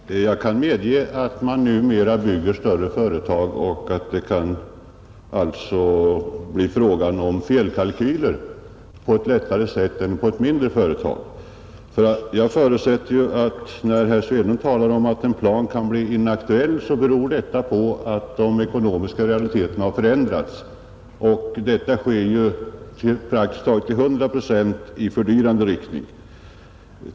Herr talman! Jag kan medge att man numera bygger större hus och att det alltså lättare kan bli fråga om felkalkyler än i ett mindre företag. När herr Svedberg talar om att en plan kan bli inaktuell så förutsätter jag att det beror på att de ekonomiska realiteterna har förändrats, och detta sker ju praktiskt taget till hundra procent i fördyrande riktning.